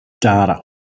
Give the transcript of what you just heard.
data